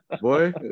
Boy